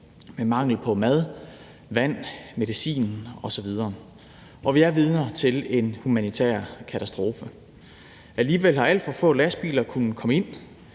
med mangel på mad, vand, medicin osv. Vi er vidner til en humanitær katastrofe. Alligevel har alt for få lastbiler kunnet komme ind,